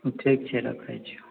ठीक छै रखैत छियौ